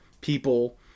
People